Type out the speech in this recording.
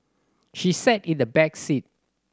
she sat in the back seat